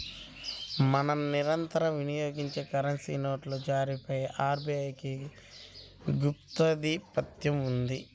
మనం నిరంతరం వినియోగించే కరెన్సీ నోట్ల జారీపై ఆర్బీఐకి గుత్తాధిపత్యం ఉంది